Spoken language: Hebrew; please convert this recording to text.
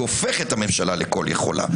היא הופכת את הממשלה לכל יכולה.